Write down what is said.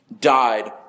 died